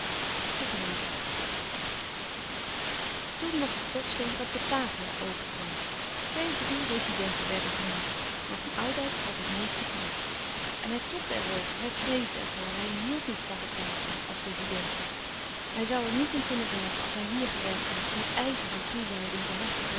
tevreden toen was het plotseling dat batavia openkwam twee drie rezidenten werden genoemd maar van oudijck had het meeste kans en hij tobde er over hij vreesde er voor hij hield niet van batavia als rezidentie hij zoû er niet in kunnen werken als hij hier gewerkt had met ijver en toewijding behartigende